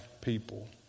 people